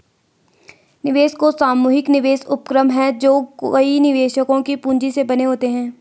निवेश कोष सामूहिक निवेश उपक्रम हैं जो कई निवेशकों की पूंजी से बने होते हैं